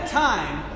time